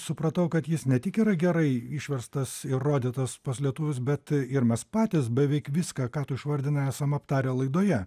supratau kad jis ne tik yra gerai išverstas ir rodytas pas lietuvius bet ir mes patys beveik viską ką tu išvardinai esam aptarę laidoje